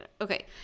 Okay